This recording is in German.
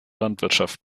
landwirtschaft